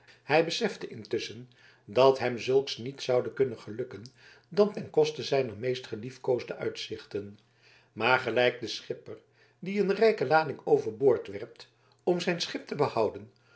hij besefte intusschen dat hem zulks niet zoude kunnen gelukken dan ten koste zijner meest geliefkoosde uitzichten maar gelijk de schipper die een rijke lading overboord werpt om zijn schip te behouden